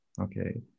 Okay